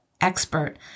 expert